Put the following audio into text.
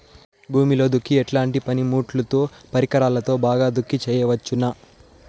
భూమిలో దుక్కి ఎట్లాంటి పనిముట్లుతో, పరికరాలతో బాగా దుక్కి చేయవచ్చున?